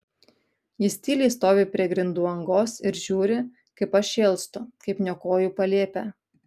jis tyliai stovi prie grindų angos ir žiūri kaip aš šėlstu kaip niokoju palėpę